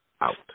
out